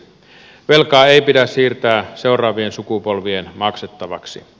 velkaa ei pidä siirtää seuraavien sukupolvien maksettavaksi